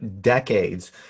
decades